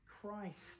Christ